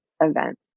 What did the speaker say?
event